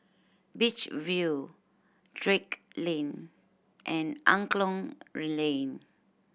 Beach View Drake Lane and Angklong Lane